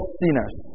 sinners